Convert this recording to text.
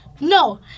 No